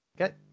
Okay